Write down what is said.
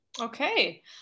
okay